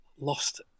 lost